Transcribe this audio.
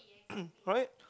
right